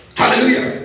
hallelujah